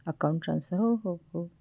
account transfer हो हो हो